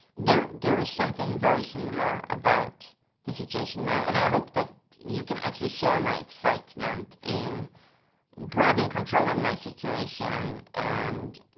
there there is something very similar about the situation now, and i hope that you can actually share my excitement in grabbing control of my situation and.